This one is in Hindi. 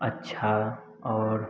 अच्छा और